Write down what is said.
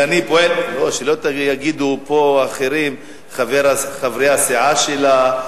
שלא יגידו פה אחרים, חברי הסיעה שלה,